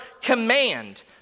command